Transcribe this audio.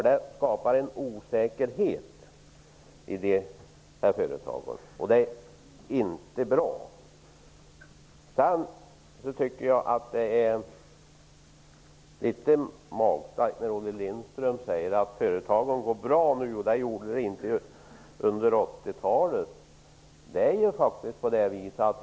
Detta skapar en osäkerhet i företagen, och det är inte bra. Det är litet magstarkt av Olle Lindström att säga att företagen går bra, vilket de inte gjorde under 80 talet.